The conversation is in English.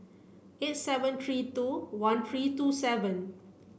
eight seven three two one three two seven